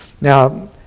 Now